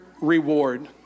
reward